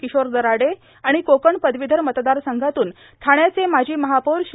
किशोर दराडे आणि कोकण पदवीधर मतदारसंघातून ठाण्याचे माजी मझपौर श्री